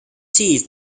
cheese